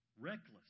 Reckless